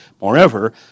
Moreover